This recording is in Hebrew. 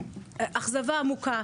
אכזבה עמוקה,